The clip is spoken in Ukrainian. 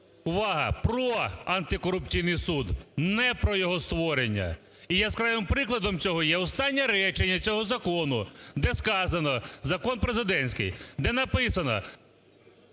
увага, про антикорупційний суд, не про його створення. І яскравим прикладом цього є останнє речення цього закону, де сказано, закон президентський, де написано…